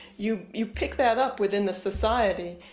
you you pick that up within the society.